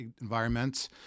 environments